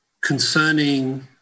concerning